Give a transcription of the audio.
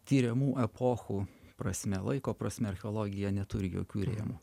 tiriamų epochų prasme laiko prasme archeologija neturi jokių rėmų